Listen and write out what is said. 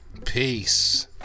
Peace